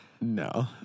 No